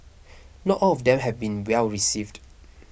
not all of them have been well received